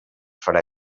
farà